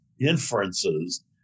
inferences